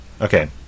Okay